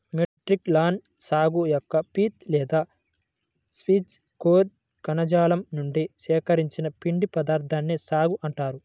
Metroxylon సాగు యొక్క pith లేదా స్పాంజి కోర్ కణజాలం నుండి సేకరించిన పిండి పదార్థాన్నే సాగో అంటారు